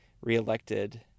re-elected